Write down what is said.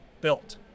built